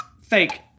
fake